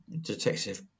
detective